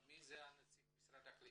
מי נציג המשרד?